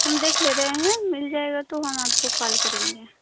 हम देख ले रहे हैं मिल जायेगा तो हम आपको कॉल करेंगे